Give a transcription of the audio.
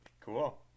Cool